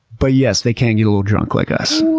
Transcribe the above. but yes, they can get a little drunk like us.